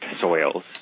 soils